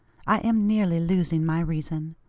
i am nearly losing my reason.